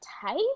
type